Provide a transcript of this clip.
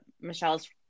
Michelle's